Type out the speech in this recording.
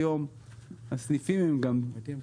היום הסניפים הם גם נטל,